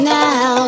now